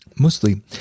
mostly